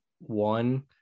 one